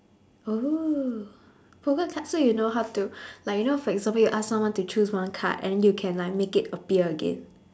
oh poker card so you know how to like you know for example you ask someone to choose one card and you can like make it appear again